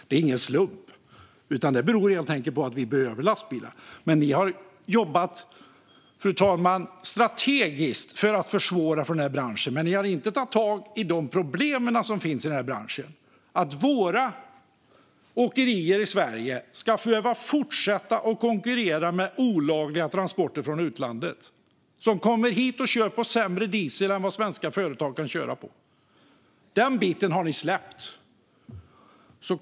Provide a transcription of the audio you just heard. Det är ingen slump, utan det beror helt enkelt på att vi behöver lastbilar. Ni har jobbat strategiskt för att försvåra för den här branschen, men ni har inte tagit tag i de problem som finns i branschen. Våra åkerier i Sverige behöver fortsätta konkurrera med olagliga transporter från utlandet som kommer hit och kör på sämre diesel än vad svenska företag kan köra på, för den biten har ni släppt.